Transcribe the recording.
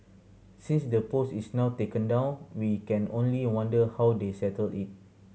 since the post is now taken down we can only wonder how they settled it